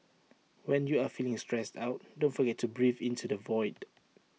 when you are feeling stressed out don't forget to breathe into the void